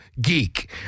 geek